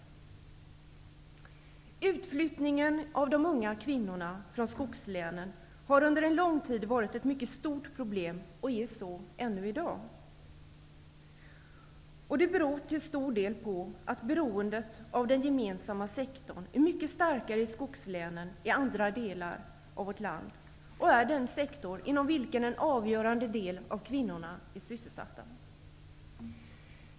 De unga kvinnornas utflyttning från skogslänen har under en lång tid varit ett mycket stort problem och är det också i dag. Till stor del är orsaken att beroendet av den gemensamma sektorn är mycket starkare i skogslänen än i andra delar av vårt land. Dessutom är den gemensamma sektorn den sektor där en avgörande del av kvinnorna är sysselsatta.